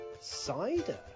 Cider